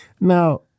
Now